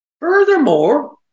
Furthermore